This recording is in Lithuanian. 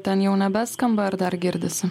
ten jau nebeskamba ar dar girdisi